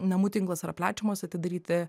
namų tinklas yra plečiamas atidaryti